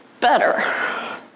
better